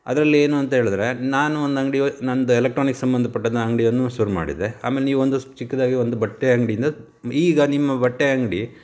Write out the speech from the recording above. ಅದರಲ್ಲಿ ಏನು ಅಂತೇಳಿದ್ರೆ ನಾನು ಒಂದು ಅಂಗ್ಡಿಗೋಗಿ ನಂದು ಎಲೆಕ್ಟ್ರಾನಿಕ್ ಸಂಬಂಧಪಟ್ಟಂತ ಅಂಗಡಿಯನ್ನು ಶುರು ಮಾಡಿದೆ ಆಮೇಲೆ ನೀವೊಂದು ಚಿಕ್ಕದಾಗಿ ಒಂದು ಬಟ್ಟೆ ಅಂಗ್ಡಿ ಈಗ ನಿಮ್ಮ ಬಟ್ಟೆ ಅಂಗಡಿ